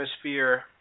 atmosphere